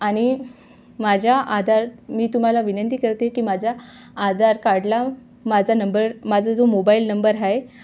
आणि माझ्या आधार मी तुम्हाला विनंती करते की माझ्या आधार कार्डला माझा नंबर माझा जो मोबाईल नंबर आहे